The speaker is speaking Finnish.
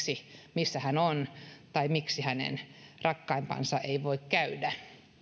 missä hän on tai miksi hänen rakkaimpansa eivät voi käydä